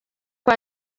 kwa